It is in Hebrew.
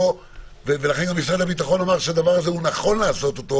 ולכן משרד הביטחון אומר שנכון לעשות את זה,